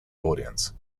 audience